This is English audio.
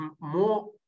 more